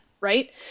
right